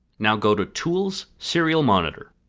now go to tools, serial monitor.